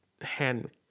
hand